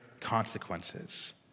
consequences